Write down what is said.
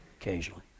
Occasionally